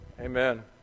Amen